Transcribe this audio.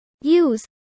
Use